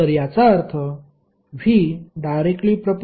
तर याचा अर्थ v ∞didt